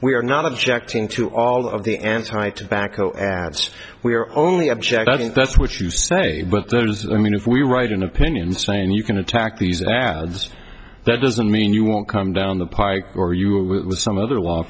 we are not objecting to all of the anti tobacco ads we are only object i think that's what you say but there's i mean if we write an opinion saying you can attack these ads that doesn't mean you won't come down the pike or you with some other l